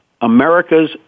America's